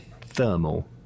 Thermal